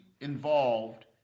involved